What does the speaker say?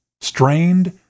strained